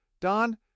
Don